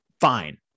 fine